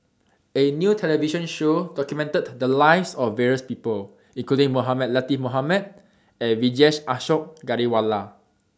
A New television Show documented The Lives of various People including Mohamed Latiff Mohamed and Vijesh Ashok Ghariwala